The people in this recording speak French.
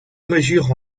mesure